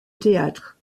théâtre